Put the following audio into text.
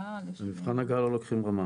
על מבחן אגרה לא לוקחים אגרה.